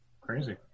crazy